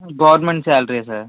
government సాలరీయే sir